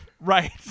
Right